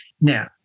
Now